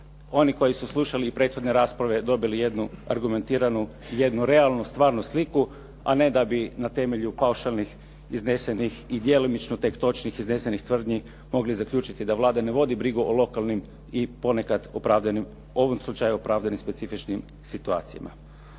oni koji su slušali i prethodne rasprave dobili jednu argumentiranu, jednu realnu stvarnu sliku, a ne da bi na temelju paušalnih iznesenih i djelomično tek točnih iznesenih tvrdnji mogli zaključiti da Vlada ne vodi brigu o lokalnim i ponekad opravdanim, u ovom slučaju opravdanim specifičnim situacijama.